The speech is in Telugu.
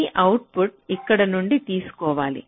ఈ అవుట్పుట్ ఇక్కడ నుండి తీసుకోవాలి